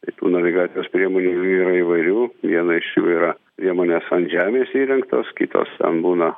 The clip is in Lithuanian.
tai tų navigacijos priemonių jų yra įvairių viena iš jų yra priemonės ant žemės įrengtos kitos ten būna